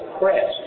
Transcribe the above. pressed